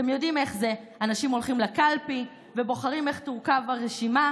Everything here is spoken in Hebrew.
אתם יודעים איך זה: אנשים הולכים לקלפי ובוחרים איך תורכב הרשימה,